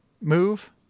move